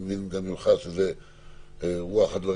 אני מבין ממך שזה רוח הדברים שלך.